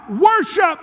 worship